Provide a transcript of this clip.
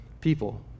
people